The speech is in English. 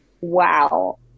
wow